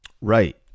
right